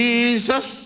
Jesus